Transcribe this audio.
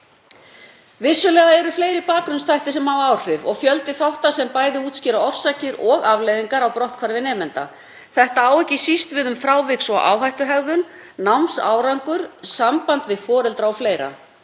Vissulega eru fleiri bakgrunnsþættir sem hafa áhrif og fjöldi þátta sem bæði útskýra orsakir og afleiðingar brotthvarfs nemenda. Á það ekki síst við um fráviks- og áhættuhegðun, námsárangur, samband við foreldra o.fl.